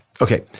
Okay